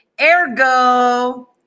ergo